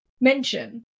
mention